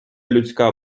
людська